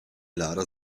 lara